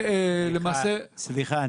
סליחה.